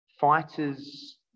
fighters